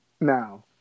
now